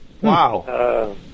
Wow